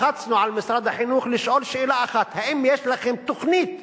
לחצנו על משרד החינוך בשאלה אחת: האם יש לכם תוכנית?